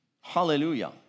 hallelujah